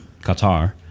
Qatar